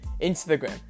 Instagram